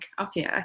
Okay